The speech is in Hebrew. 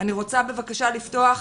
אני רוצה בבקשה לפתוח